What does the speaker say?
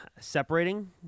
separating